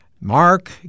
Mark